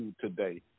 today